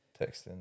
texting